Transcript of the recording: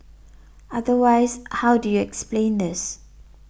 otherwise how do you explain this